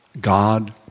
God